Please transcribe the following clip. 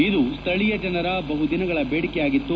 ಇದು ಶ್ಥಳೀಯ ಜನರ ಬಹುದಿನಗಳ ಬೇಡಿಕೆಯಾಗಿತ್ತು